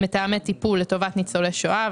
מתאמי טיפול לטובת ניצולי שואה,